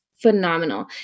phenomenal